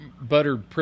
buttered